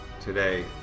today